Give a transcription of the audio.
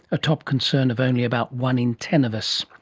a top concern of only about one in ten of us.